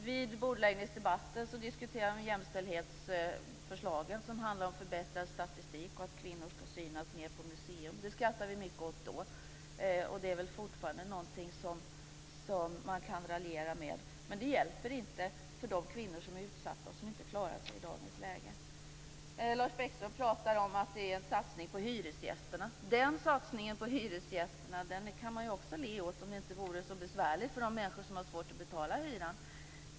Vid bordläggningsdebatten diskuterades jämställdhetsförslagen som handlar om förbättrad statistik och att kvinnor skall synas mer på museum. Det skrattade vi mycket åt då. Det är väl fortfarande något som man kan raljera med, men det hjälper inte de kvinnor som är utsatta och inte klarar sig i dagens läge. Lars Bäckström pratar om att det är en satsning på hyresgästerna. Den satsningen på hyresgästerna kan man också le åt, om det inte vore så besvärligt för de människor som har svårt att betala hyran.